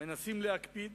מנסים להקפיד